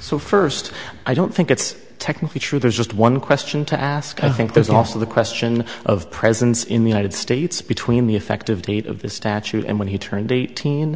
so first i don't think it's technically true there's just one question to ask i think there's also the question of presence in the united states between the effective date of the statute and when he turned eighteen